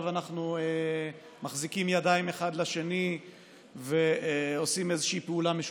אנחנו מחזיקים ידיים אחד לשני ועושים איזושהי פעולה משותפת.